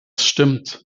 stimmt